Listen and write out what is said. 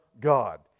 God